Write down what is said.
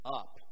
up